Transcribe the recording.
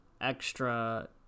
extra